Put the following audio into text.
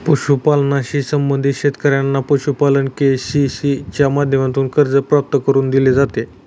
पशुपालनाशी संबंधित शेतकऱ्यांना पशुपालन के.सी.सी च्या माध्यमातून कर्ज प्राप्त करून दिले जाते